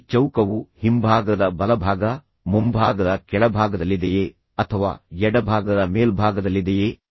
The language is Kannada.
ಈ ಚೌಕವು ಹಿಂಭಾಗದ ಬಲಭಾಗದ ಮುಂಭಾಗದ ಕೆಳಭಾಗದಲ್ಲಿದೆಯೇ ಅಥವಾ ಎಡಭಾಗದ ಮೇಲ್ಭಾಗದಲ್ಲಿದೆಯೇ